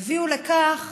הביאו לכך